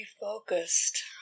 focused